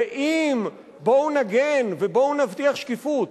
"באם", "בואו נגן", "בואו נבטיח שקיפות".